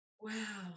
wow